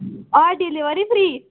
हय delivery free